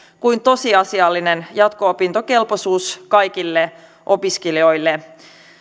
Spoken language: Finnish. kuin tosiasiallinen jatko opintokelpoisuus kaikille opiskelijoille